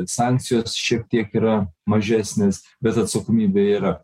sankcijos šiek tiek yra mažesnės bet atsakomybė yra